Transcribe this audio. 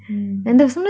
hmm